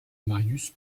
marius